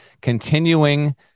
continuing